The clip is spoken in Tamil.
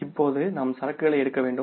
இப்போது நாம் சரக்குகளை எடுக்க வேண்டும்